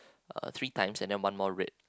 uh three times and then one more red